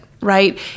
right